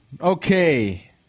Okay